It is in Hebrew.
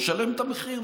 נשלם את המחיר,